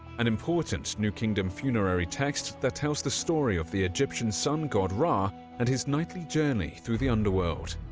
an important new kingdom funerary text that tells the story of the egyptian sun god ra and his nightly journey through the underworld.